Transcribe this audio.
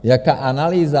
Jaká analýza?